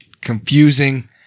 confusing